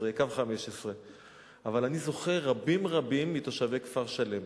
15, קו 15. אבל אני זוכר רבים רבים מתושבי כפר-שלם